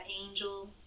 angel